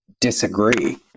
disagree